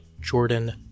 Jordan